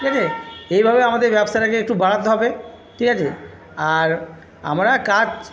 ঠিক আছে এইভাবে আমাদের ব্যবসাটাকে একটু বাড়াতে হবে ঠিক আছে আর আমরা কাজ